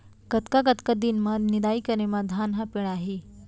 कतका कतका दिन म निदाई करे म धान ह पेड़ाही?